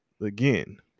again